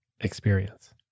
experience